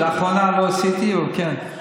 לאחרונה לא עשיתי, אבל כן.